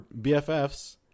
BFFs